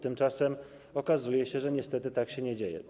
Tymczasem okazuje się, że niestety tak się nie dzieje.